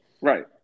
Right